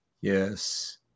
Yes